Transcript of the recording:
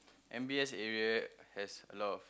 M_B_S area has a lot